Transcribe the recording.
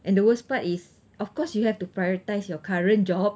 and the worst part is of course you have to prioritize your current job